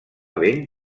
ben